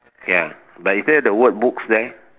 ya but is there the word books there